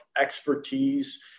expertise